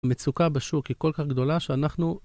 המצוקה בשוק היא כל כך גדולה שאנחנו